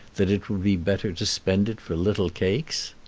that it would be better to spend it for little cakes?